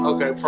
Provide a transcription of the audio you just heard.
Okay